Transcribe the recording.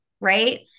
right